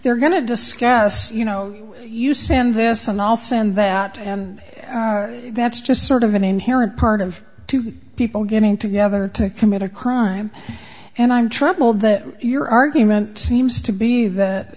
they're going to discuss you know use and this and also and that that's just sort of an inherent part of two people getting together to commit a crime and i'm troubled that your argument seems to be that